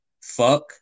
Fuck